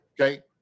okay